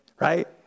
right